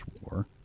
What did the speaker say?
war